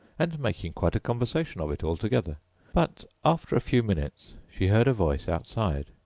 and making quite a conversation of it altogether but after a few minutes she heard a voice outside,